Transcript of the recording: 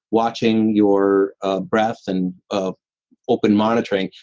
watching your ah breath and of open monitoring,